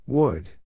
Wood